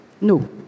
No